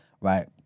right